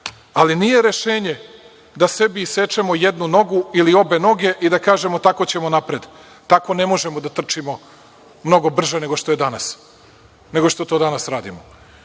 Ali nije rešenje da sebi isečemo jednu nogu ili obe noge i da kažemo – tako ćemo napred. Tako ne možemo da trčimo mnogo brže nego što to danas radimo. Znam